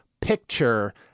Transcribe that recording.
picture